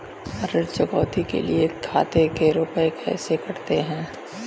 ऋण चुकौती के लिए खाते से रुपये कैसे कटते हैं?